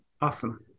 awesome